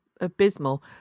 abysmal